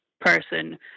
person